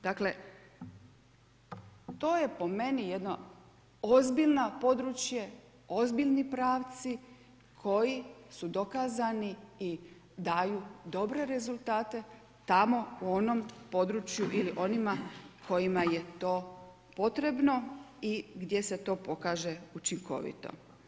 Dakle, to je po meni jedno ozbiljno područje, ozbiljni pravci koji su dokazani i daju dobre rezultate tamo u onom području ili onima kojima je to potrebno i gdje se to pokaže učinkovito.